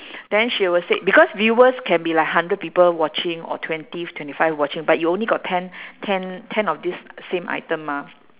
then she will say because viewers can be like hundred people watching or twenty twenty five watching but you only got ten ten ten of this same item mah